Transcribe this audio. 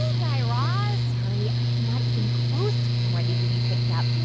yeah guy raz. sorry. i'm not even close to being ready to be picked up.